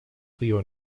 río